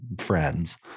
friends